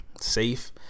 safe